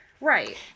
Right